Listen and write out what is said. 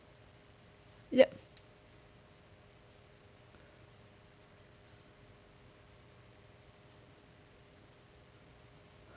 yup